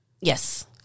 Yes